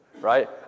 right